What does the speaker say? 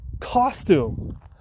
costume